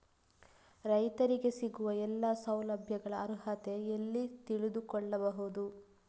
ರೈತರಿಗೆ ಸಿಗುವ ಎಲ್ಲಾ ಸೌಲಭ್ಯಗಳ ಅರ್ಹತೆ ಎಲ್ಲಿ ತಿಳಿದುಕೊಳ್ಳಬಹುದು?